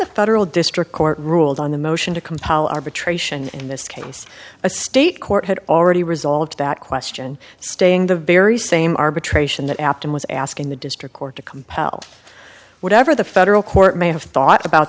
the federal district court ruled on the motion to compel arbitration in this case a state court had already resolved that question staying the very same arbitration that apted was asking the district court to compel whatever the federal court may have thought about